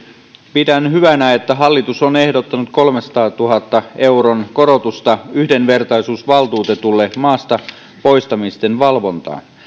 pidän hyvänä että hallitus on ehdottanut kolmensadantuhannen euron korotusta yhdenvertaisuusvaltuutetulle maasta poistamisten valvontaan